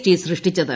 T സൃഷ്ടിച്ചത്